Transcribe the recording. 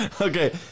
Okay